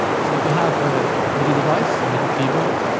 so if you have a midi device, a midi keyboard,